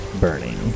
burning